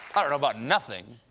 i don't know about nothing.